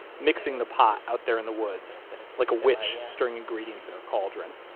mixing the pot out there in the woods like a witch stirring ingredients in her cauldron.